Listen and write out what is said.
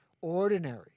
ordinary